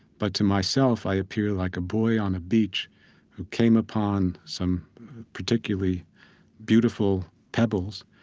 but to myself i appear like a boy on a beach who came upon some particularly beautiful pebbles,